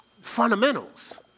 fundamentals